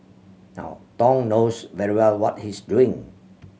now Thong knows very well what he's doing